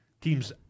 teams